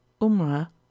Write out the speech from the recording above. Umrah